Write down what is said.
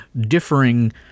differing